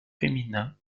féminins